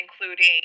including